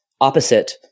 opposite